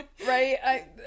Right